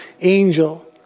angel